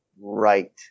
Right